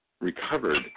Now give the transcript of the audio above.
recovered